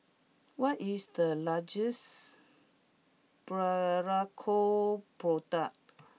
what is the largest Berocca product